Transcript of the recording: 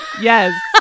Yes